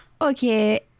Okay